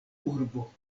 urbo